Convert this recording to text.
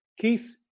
Keith